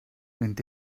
vint